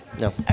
No